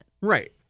right